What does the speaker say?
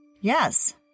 Yes